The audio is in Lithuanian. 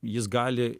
jis gali